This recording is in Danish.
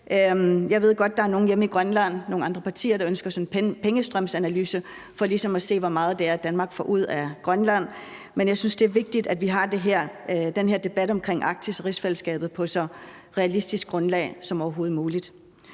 Jeg ved godt, at der er nogle andre partier hjemme i Grønland, der ønsker sådan en pengestrømsanalyse for ligesom at se, hvor meget Danmark får ud af Grønland, men jeg synes, det er vigtigt, at vi har den her debat omkring Arktis og rigsfællesskabet på et så realistisk grundlag som overhovedet muligt.